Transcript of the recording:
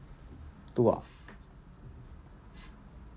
two ah